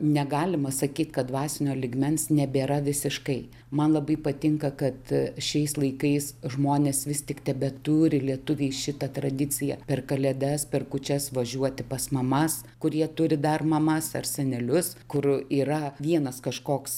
negalima sakyt kad dvasinio lygmens nebėra visiškai man labai patinka kad šiais laikais žmonės vis tik tebeturi lietuviai šitą tradiciją per kalėdas per kūčias važiuoti pas mamas kurie turi dar mamas ar senelius kur yra vienas kažkoks